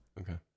Okay